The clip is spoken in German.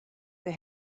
der